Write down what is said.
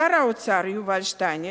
שר האוצר יובל שטייניץ,